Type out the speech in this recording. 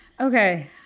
Okay